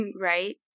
Right